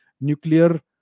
nuclear